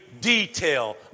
detail